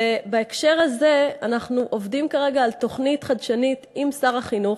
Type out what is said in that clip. בהקשר הזה אנחנו עובדים כרגע על תוכנית חדשנית עם שר החינוך.